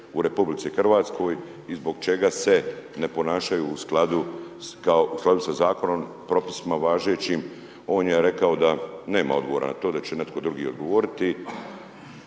u RH i zbog čega se ne ponašaju u skladu sa zakonom, propisima važećim, on je rekao da nema odgovora na to, da će netko drugi odgovoriti